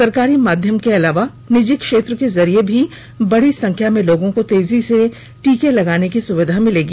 सरकारी माध्यम के अलावा निजी क्षेत्र के जरिए भी बड़ी संख्या में लोगों को तेजी से टीके लगाने की सुविधा मिलेगी